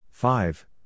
Five